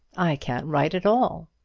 i can't write at all.